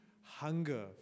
hunger